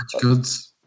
goods